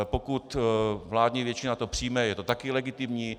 Pokud vládní většina to přijme, je to taky legitimní.